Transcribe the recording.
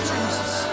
Jesus